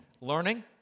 learning